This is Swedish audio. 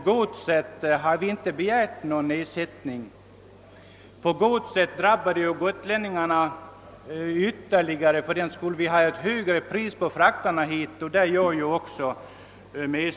Beträffande godsbefordran drabbas ju gotlänningarna särskilt hårt, ef tersom frakterna mellan Gotland och fastlandet är högre än frakterna på fastlandet.